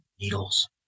needles